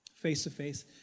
face-to-face